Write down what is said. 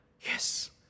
Yes